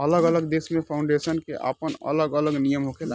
अलग अलग देश में फाउंडेशन के आपन अलग अलग नियम होखेला